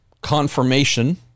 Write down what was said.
confirmation